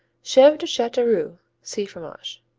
chevre de chateauroux see fromages.